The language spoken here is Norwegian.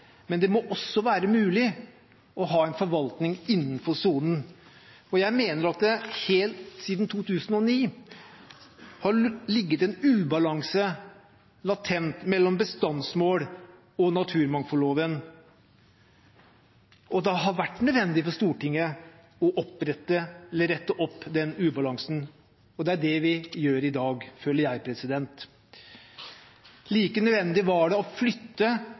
men det må også være mulig å ha en forvaltning innenfor sonen. Jeg mener at det helt siden 2009 har ligget en ubalanse latent mellom bestandsmål og naturmangfoldloven, og at det har vært nødvendig for Stortinget å rette opp den ubalansen, og det er det vi gjør i dag, føler jeg. Like nødvendig var det å flytte